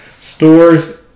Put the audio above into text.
stores